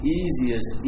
easiest